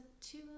two